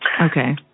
Okay